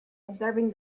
observing